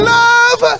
love